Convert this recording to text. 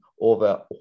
over